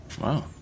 wow